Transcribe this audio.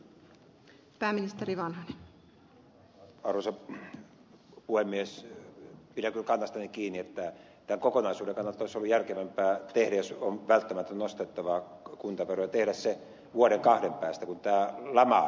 pidän kyllä kannastani kiinni että kokonaisuuden kannalta olisi ollut järkevämpää tehdä jos on välttämätöntä nostaa kuntaveroja tehdä se vuoden kahden päästä kun tämä lama hellittää